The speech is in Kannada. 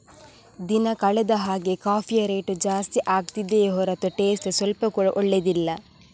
ದಿನ ಕಳೆದ ಹಾಗೇ ಕಾಫಿಯ ರೇಟು ಜಾಸ್ತಿ ಆಗ್ತಿದೆಯೇ ಹೊರತು ಟೇಸ್ಟ್ ಸ್ವಲ್ಪ ಕೂಡಾ ಒಳ್ಳೇದಿಲ್ಲ